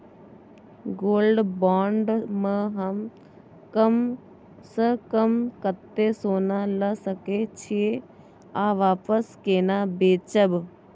Gold bond म हम कम स कम कत्ते सोना ल सके छिए आ वापस केना बेचब?